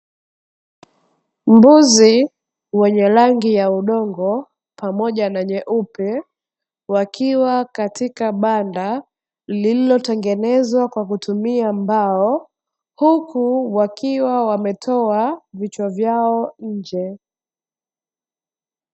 Mbuzi wenye rangi ya udongo pamoja na nyeupe, wakiwa katika banda lililotengenezwa kwa kutumia mbao, huku wakiwa wametoa vichwa vyao nje.